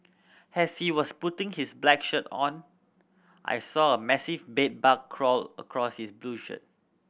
as he was putting his back shirt on I saw a massive bed bug crawl across his blue shirt